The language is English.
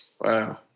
Wow